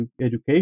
education